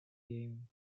game